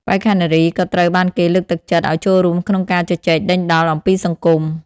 បេក្ខនារីក៏ត្រូវបានគេលើកទឹកចិត្តឲ្យចូលរួមក្នុងការជជែកដេញដោលអំពីសង្គម។